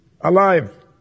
alive